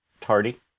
tardy